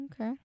Okay